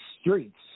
streets